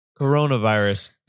coronavirus